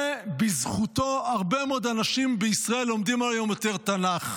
ובזכותו הרבה מאוד אנשים בישראל לומדים היום יותר תנ"ך.